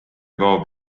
kaob